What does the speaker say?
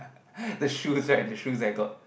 the shoes right the shoes that got